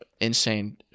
insane